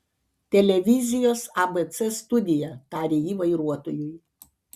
televizijos abc studija tarė ji vairuotojui